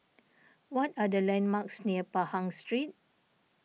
what are the landmarks near Pahang Street